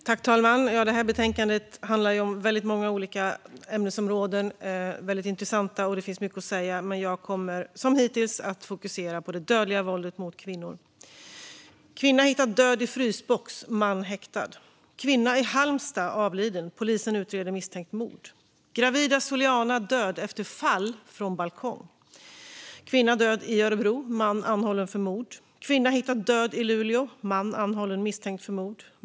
Herr talman! Det här betänkandet handlar ju om väldigt många olika ämnesområden som är väldigt intressanta, och det finns mycket att säga. Men jag kommer som hittills att fokusera på det dödliga våldet mot kvinnor. Kvinna hittat död i frysbox - man häktad. Kvinna i Halmstad avliden, polisen utreder misstänkt mord. Gravida Soliana död efter fall från balkong. Kvinna död i Örebro - man anhållen för mord. Kvinna hittat död i Luleå, man anhållen misstänkt för mord.